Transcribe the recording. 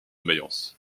mayence